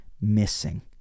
missing